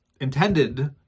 intended